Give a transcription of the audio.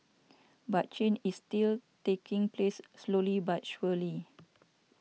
but change is still taking place slowly but surely